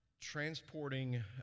transporting